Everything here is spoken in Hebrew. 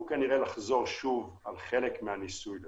כנראה לחזור שוב על חלק מן הניסיון לפחות.